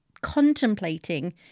contemplating